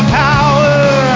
power